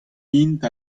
int